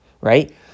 right